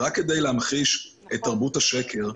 רק כדי להמחיש את תרבות השקר,